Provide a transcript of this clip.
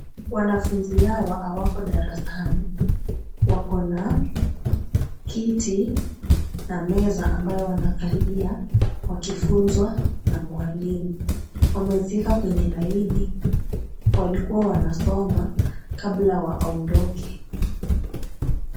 Wanafunzi hawa hawako darasani, wako na kiti na meza ambayo wanakalia wakifunzwa na mwalimu. Wamezieka kwenye laini, walikuwa wanasoma kabla waondoke.